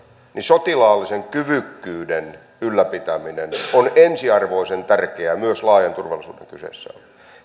niin sotilaallisen kyvykkyyden ylläpitäminen on ensiarvoisen tärkeää myös laajan turvallisuuden kyseessä ollen